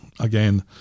again